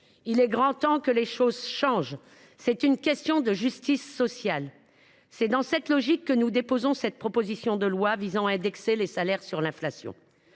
Il est grand temps que les choses changent, c’est une question de justice sociale. C’est dans cette logique que nous avons déposé cette proposition de loi visant à indexer les salaires sur l’inflation.